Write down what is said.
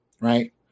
right